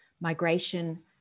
migration